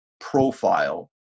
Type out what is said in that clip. profile